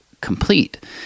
complete